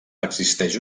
existeix